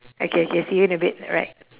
okay K see you in a bit alright